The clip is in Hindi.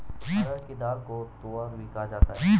अरहर की दाल को तूअर भी कहा जाता है